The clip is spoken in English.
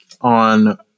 on